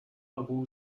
هاپو